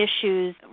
issues